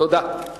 תודה.